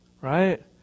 Right